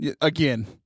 Again